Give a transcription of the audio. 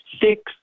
six